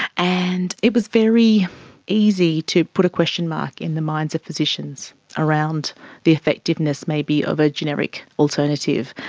and it was very easy to put a question mark in the minds of physicians around the effectiveness maybe of a generic alternative.